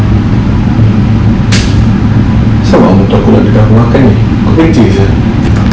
asal mak mertua aku nak beli kan aku makan ni aku kerja sia